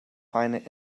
find